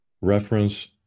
Reference